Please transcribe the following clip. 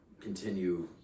continue